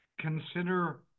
Consider